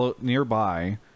nearby